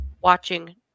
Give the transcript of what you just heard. watching